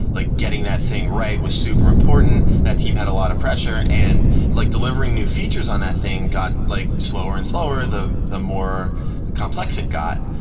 like getting that thing right was super important. that team had a lot of pressure, and like delivering new features on that thing got like slower and slower the the more complex it got.